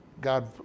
God